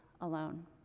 alone